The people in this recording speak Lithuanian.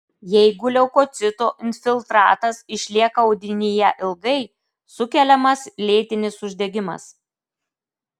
jeigu leukocitų infiltratas išlieka audinyje ilgai sukeliamas lėtinis uždegimas